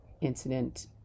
incident